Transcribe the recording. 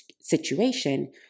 situation